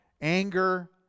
anger